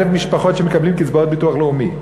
משפחות שמקבלות קצבאות ביטוח לאומי,